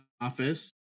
office